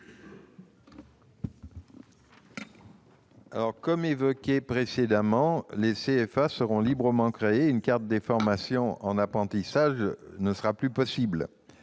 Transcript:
Comme indiqué précédemment, les CFA seront librement créés et établir une carte des formations en apprentissage ne sera donc plus possible.